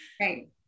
Right